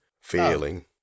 feeling